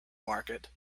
market